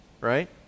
right